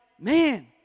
man